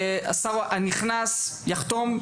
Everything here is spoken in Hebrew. השר הנכנס יחתום,